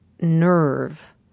nerve